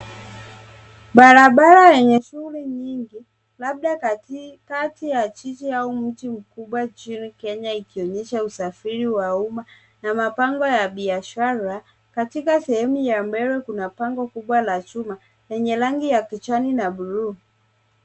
Barabara yenye shughuli nyingi labda katikati ya jiji au mji mkubwa nchini Kenya ikionyesha usafiri wa umma na mabango ya biashara. Katika sehemu ya mbele kuna bango kubwa la chuma lenye rangi ya kijani na bluu.